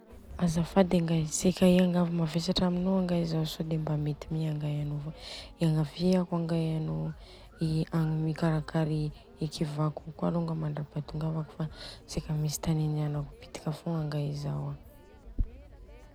Azafady angay, seka iangavy mavesatra aminô angay zaho sôde mba mety mi angay anô. Fa iangaviako angay anô i agn mikarakara i kivako io kôa longany mandra-patongavako fa seka misy tany andianako bitika fogna angay zao a.